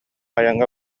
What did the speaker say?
айаҥҥа